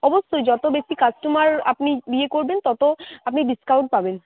অবশ্যই যত বেশি কাস্টমার আপনি ইয়ে করবেন ততো আপনি ডিসকাউন্ট পাবেন